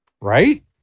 right